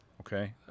okay